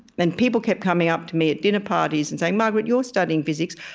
and people kept coming up to me at dinner parties and saying, margaret, you're studying physics.